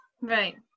right